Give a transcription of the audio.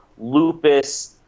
lupus